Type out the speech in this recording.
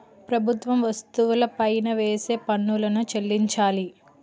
ప్రభుత్వం వస్తువులపై వేసే పన్నులను చెల్లించాలి